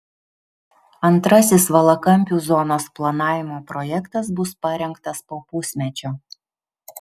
antrasis valakampių zonos planavimo projektas bus parengtas po pusmečio